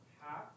half